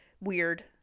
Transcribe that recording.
Weird